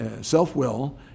self-will